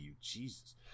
Jesus